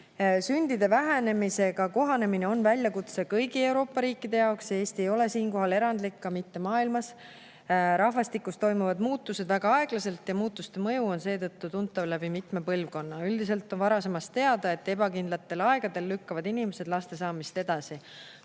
Sündide vähenemisega kohanemine on väljakutse kõigi Euroopa riikide jaoks. Eesti ei ole siinkohal erandlik, ka mitte maailmas. Rahvastikus toimuvad muutused väga aeglaselt ja muutuste mõju on seetõttu tuntav mitme põlvkonna jooksul. Üldiselt on varasemast teada, et ebakindlatel aegadel lükkavad inimesed laste saamist edasi.